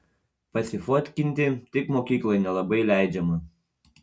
pasifotkinti tik mokykloj nelabai leidžiama